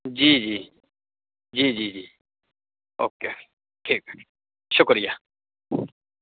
جی جی جی جی جی اوکے ٹھیک ہے شکریہ